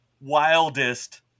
wildest